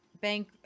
bank